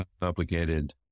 complicated